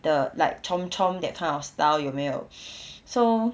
the like chomp chomp that kind of style 有没有 so